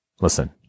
listen